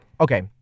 okay